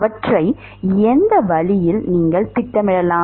அவற்றை எந்த வழியில் நீங்கள் திட்டமிடலாம்